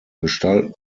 gestalten